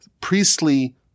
priestly